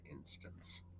instance